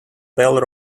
bell